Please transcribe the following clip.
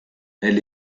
elle